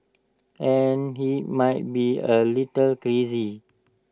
and he might be A little crazy